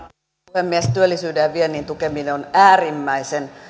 puhemies työllisyyden ja viennin tukeminen on äärimmäisen